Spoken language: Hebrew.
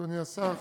אדוני השר,